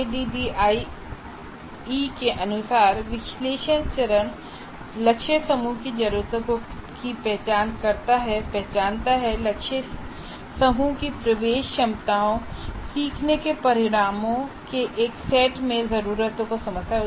ADDIE के अनुसार विश्लेषण चरण लक्ष्य समूह की जरूरतों की पहचान करता है पहचानता है लक्ष्य समूह की प्रवेश क्षमताओं और सीखने के परिणामों के एक सेट में जरूरतों को समझता है